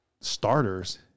starters